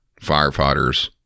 firefighters